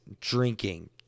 drinking